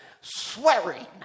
swearing